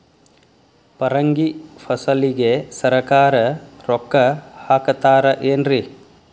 ಪರಂಗಿ ಫಸಲಿಗೆ ಸರಕಾರ ರೊಕ್ಕ ಹಾಕತಾರ ಏನ್ರಿ?